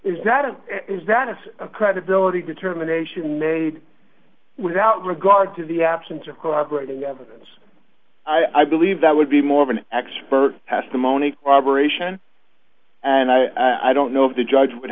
is that it is that of a credibility determination made without regard to the absence of corroborating evidence i believe that would be more of an expert testimony cooperation and i don't know if the judge would